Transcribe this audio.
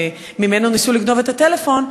שממנו ניסו לגנוב את הטלפון,